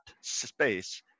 space